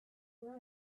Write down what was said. for